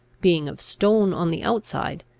being of stone on the outside,